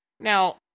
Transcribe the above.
Now